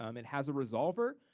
um it has a resolver.